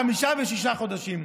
חמישה ושישה חודשים.